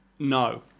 No